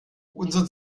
unser